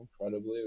incredibly